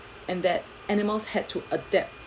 and that animals had to adapt